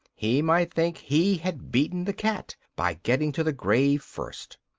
he might think he had beaten the cat by getting to the grave first.